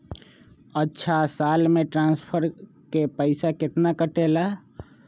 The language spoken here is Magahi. अछा साल मे ट्रांसफर के पैसा केतना कटेला?